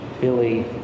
Billy